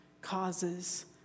causes